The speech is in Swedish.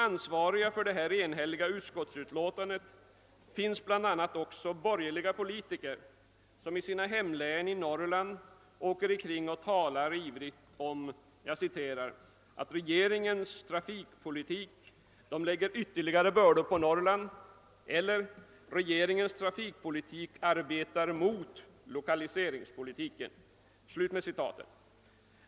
Ansvariga för detta enhälliga utskottsutlåtande är bl.a. också borgerliga politiker som i sina hemlän i Norrland åker omkring och ivrigt talar om ati regeringen vill genom sin trafikpolitik ytterligare lägga bördor på Norrland> eller att >regeringens trafikpolitik arbetar mot lokaliseringspolitiken».